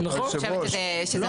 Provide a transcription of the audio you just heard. אני חושבת שזה